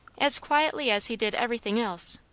as quietly as he did everything else,